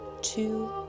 two